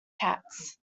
cats